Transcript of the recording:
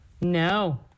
No